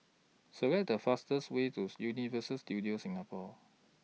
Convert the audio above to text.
Select The fastest Way tools Universal Studios Singapore